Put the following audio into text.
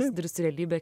susiduri su realybe